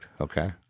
okay